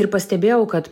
ir pastebėjau kad